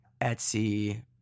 Etsy